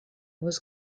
was